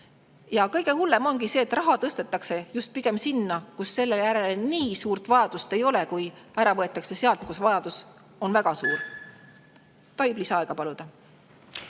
Ja kõige hullem on see, et raha tõstetakse just pigem sinna, kus selle järele nii suurt vajadust ei ole, kuid ära võetakse sealt, kus vajadus on väga suur. Kas tohib lisaaega paluda?